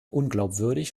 unglaubwürdig